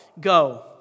go